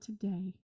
today